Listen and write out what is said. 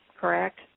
correct